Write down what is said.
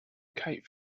kite